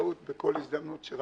והחקלאות בכל הזדמנות.